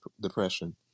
depression